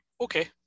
Okay